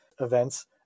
events